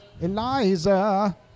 Eliza